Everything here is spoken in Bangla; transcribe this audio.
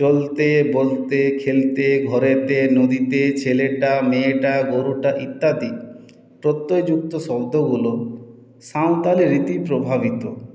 চলতে বলতে খেলতে ঘরেতে নদীতে ছেলেটা মেয়েটা গরুটা ইত্যাদি প্রত্যয়যুক্ত শব্দগুলো সাঁওতালি রীতি প্রভাবিত